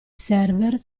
server